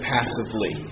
passively